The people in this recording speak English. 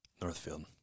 Northfield